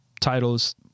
titles